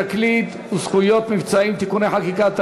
בתקליט וזכויות מבצעים (תיקוני חקיקה),